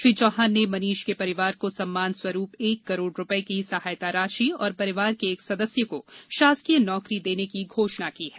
श्री चौहान ने मनीष के परिवार को सम्मान स्वरूप एक करोड़ रुपये की सहायता राशि और परिवार के एक सदस्य को शासकीय नौकरी देने की घोषणा की है